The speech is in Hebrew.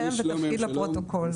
שם ותפקיד לפרוטוקול.